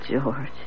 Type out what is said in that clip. George